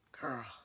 Girl